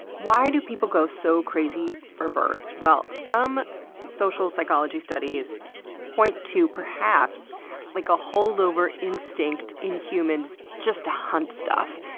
why do people go so crazy for birds? some social psychology studies point to perhaps like a holdover instinct in humans just to hunt stuff.